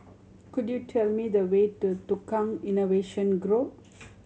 could you tell me the way to Tukang Innovation Grove